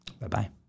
Bye-bye